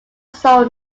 soul